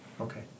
Okay